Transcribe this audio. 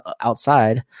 outside